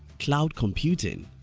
cloud computing,